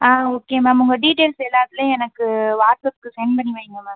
ஆ okay ma'am உங்கள் details எல்லாத்திலேயும் எனக்கு வாட்ஸப்புக்கு சென்ட் பண்ணி வைங்க மேம்